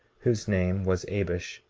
whose name was abish,